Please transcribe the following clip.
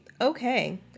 Okay